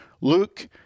Luke